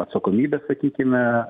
atsakomybės sakykime